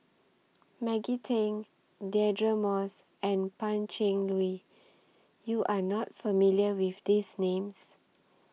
Maggie Teng Deirdre Moss and Pan Cheng Lui YOU Are not familiar with These Names